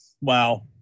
Wow